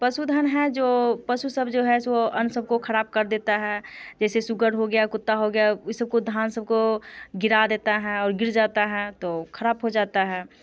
पशुधन है जो पशु सब है जो अन्य सबको खराब कर देता है जैसे सुगर हो गया कुत्ता हो गया ई सबको धान सबको गिरा देता है और गिर जाता है तो खराब हो जाता है